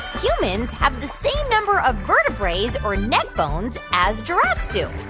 humans have the same number of vertebraes or neck bones as giraffes do?